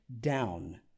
down